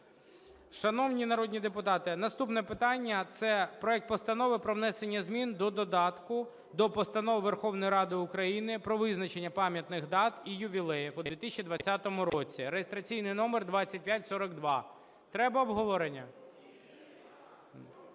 Шановні народні депутати, наступне питання – це проект Постанови про внесення змін до додатка до Постанови Верховної Ради України "Про визначення пам'ятних дат і ювілеїв у 2020 році" (реєстраційний номер 2542). Треба обговорення?